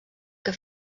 que